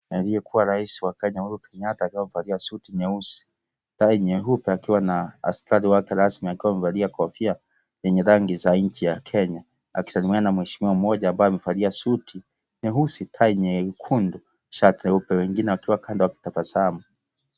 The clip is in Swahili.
Aliyekuwa rais wa Kenya Uhuru Kenyatta aliovalia sauti nyeusi, tai nyeupe alikuwa na askari wake rasmi akiwa amevalia kofia yenye rangi za nchi ya Kenya, akisalimiwa na mheshimiwa moja aliyevalia suti nyeusi tai nyekundu, shati nyeupe na wengine wakiwa kando wakitabasamu.